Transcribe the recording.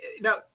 Now